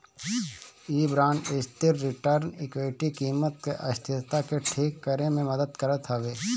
इ बांड स्थिर return equity कीमत के अस्थिरता के ठीक करे में मदद करत हवे